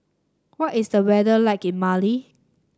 what is the weather like in Mali